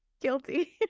Guilty